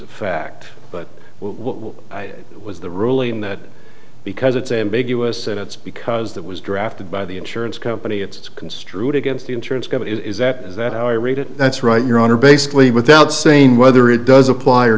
what i was the ruling that because it's ambiguous and it's because that was drafted by the insurance company it's construed against the insurance company is that is that how i read it that's right your honor basically without saying whether it does apply or